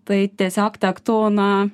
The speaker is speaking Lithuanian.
tai tiesiog tektų na